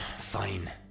Fine